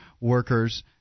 workers